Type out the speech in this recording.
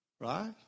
Right